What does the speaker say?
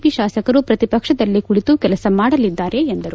P ಶಾಸಕರು ಪ್ರತಿಪಕ್ಷದಲ್ಲಿ ಕುಳಿತು ಕೆಲಸ ಮಾಡಲಿದ್ಗಾರೆ ಎಂದರು